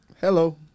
Hello